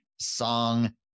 Song